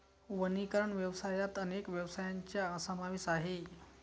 वनीकरण व्यवसायात अनेक व्यवसायांचा समावेश आहे